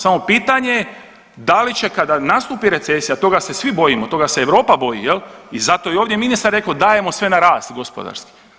Samo pitanje da li će kada nastupi recesija, toga se svi bojimo, toga se i Europa boji jel i zato je ovdje ministar rekao dajemo sve na rast gospodarski.